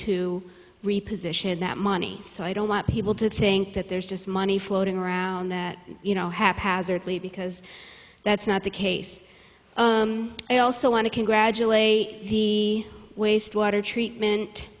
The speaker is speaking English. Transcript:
to reposition that money so i don't want people to think that there's just money floating around that you know haphazardly because that's not the case i also want to congratulate the wastewater treatment